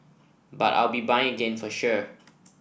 but I'll be buying again for sure